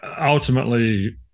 ultimately